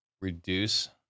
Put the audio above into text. reduce